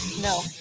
No